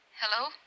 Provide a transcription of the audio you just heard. Hello